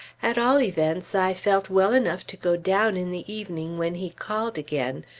at all events, i felt well enough to go down in the evening when he called again,